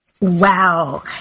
Wow